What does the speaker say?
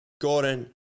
Gordon